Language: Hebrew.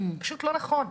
פשוט לא נכון.